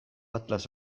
atlas